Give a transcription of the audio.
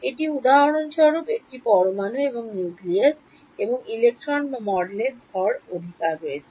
এটি উদাহরণস্বরূপ একটি পরমাণু এবং নিউক্লিয়াস এবং ইলেকট্রন বা মডেলের ভর অধিকার রয়েছে